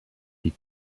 die